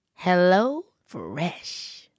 HelloFresh